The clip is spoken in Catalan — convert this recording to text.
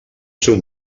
seu